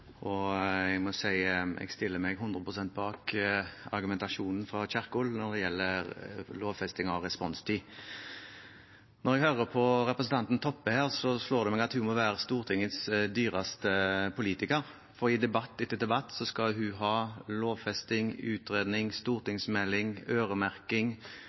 jeg stiller meg 100 pst. bak argumentasjonen til Kjerkol når det gjelder lovfesting av responstid. Når jeg hører på representanten Toppe, slår det meg at hun må være Stortingets dyreste politiker, for i debatt etter debatt skal hun ha lovfesting, utredning, stortingsmelding, øremerking